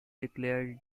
declared